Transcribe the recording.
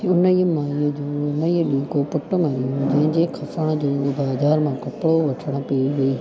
हुनई माईअ जो हुनई ॾींहुं को पुटु मरी वियो जंहिंजे कफ़न जो बाज़ारि मां कपिड़ो वठणु पिए वेई